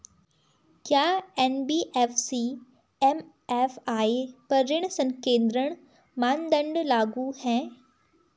क्या NBFC MFI पर ऋण संकेन्द्रण मानदंड लागू हैं?